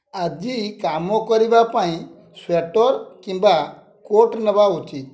ଆଜି କାମ କରିବା ପାଇଁ ସ୍ୱେଟର କିମ୍ବା କୋଟ୍ ନେବା ଉଚିତ୍